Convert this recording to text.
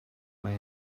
mae